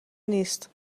نیست